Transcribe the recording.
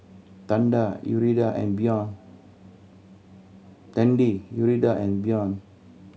Tanda Yuridia and Bjorn Tandy Yuridia and Bjorn